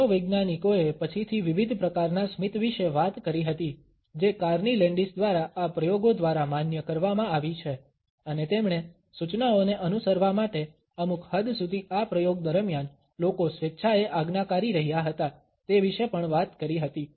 મનોવૈજ્ઞાનિકોએ પછીથી વિવિધ પ્રકારના સ્મિત વિશે વાત કરી હતી જે કાર્ની લેન્ડિસ દ્વારા આ પ્રયોગો દ્વારા માન્ય કરવામાં આવી છે અને તેમણે સૂચનાઓને અનુસરવા માટે અમુક હદ સુધી આ પ્રયોગ દરમિયાન લોકો સ્વેચ્છાએ આજ્ઞાકારી રહ્યા હતા તે વિશે પણ વાત કરી હતી